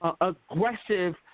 aggressive